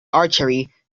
archery